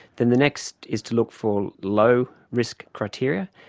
then the next is to look for low risk criteria,